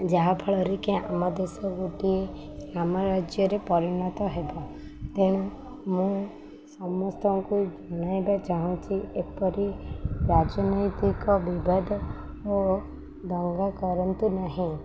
ଯାହାଫଳରେ କି ଆମ ଦେଶ ଗୋଟିଏ ରାମ ରାଜ୍ୟରେ ପରିଣତ ହେବ ତେଣୁ ମୁଁ ସମସ୍ତଙ୍କୁ ଜଣାଇବା ଚାହୁଁଚି ଏପରି ରାଜନୈତିକ ବିବାଦ ଓ ଦଙ୍ଗା କରନ୍ତୁ ନାହିଁ